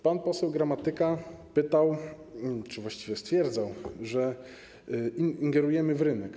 Pan poseł Gramatyka pytał czy właściwie stwierdzał, że ingerujemy w rynek.